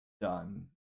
done